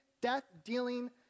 death-dealing